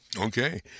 Okay